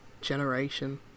generation